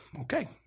Okay